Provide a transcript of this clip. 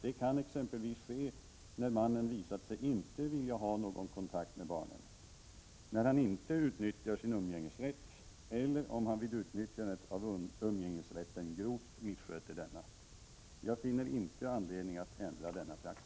Det sker exempelvis när mannen visat sig inte vilja ha någon kontakt med barnet, när han inte utnyttjar sin umgängesrätt eller om han vid utnyttjandet av umgängesrätten grovt missköter denna. Jag finner inte anledning att ändra denna praxis.